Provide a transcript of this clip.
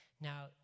Now